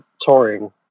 touring